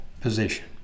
position